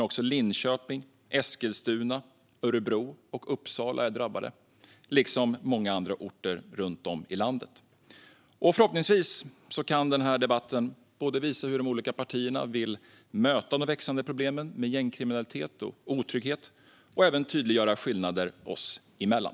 Också Linköping, Eskilstuna, Örebro och Uppsala är drabbade, liksom många andra orter runt om i landet. Förhoppningsvis kan den här debatten både visa hur de olika partierna vill möta de växande problemen med gängkriminalitet och otrygghet och tydliggöra skillnader oss emellan.